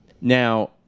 Now